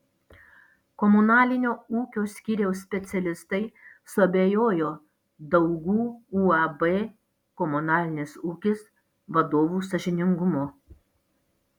komunalinio ūkio skyriaus specialistai suabejojo daugų uab komunalinis ūkis vadovų sąžiningumu